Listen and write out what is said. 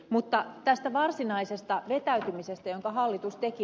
mutta tästä varsinaisesta vetäytymisestä jonka hallitus teki